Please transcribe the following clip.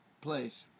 place